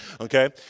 Okay